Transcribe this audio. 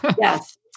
Yes